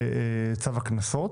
בצו הקנסות.